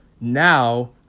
now